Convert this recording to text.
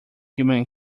human